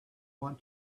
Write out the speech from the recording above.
want